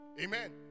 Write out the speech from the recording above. Amen